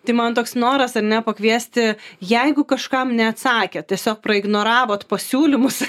tai man toks noras ar ne pakviesti jeigu kažkam neatsakėt tiesiog praignoravot pasiūlymus